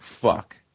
fuck